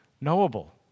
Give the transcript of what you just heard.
knowable